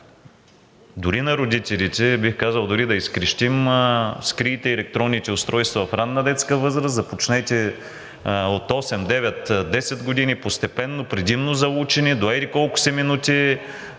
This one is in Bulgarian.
дори на родителите, бих казал, дори да изкрещим: „Скрийте електронните устройства в ранна детска възраст, започнете от 8, 9, 10 години постепенно, предимно за учене, до еди-колко си минути